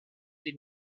die